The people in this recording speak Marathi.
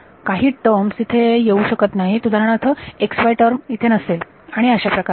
काही टर्म येथे येऊ शकत नाहीत उदाहरणार्थ xy टर्म इथं नसतील आणि अशाप्रकारे